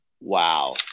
Wow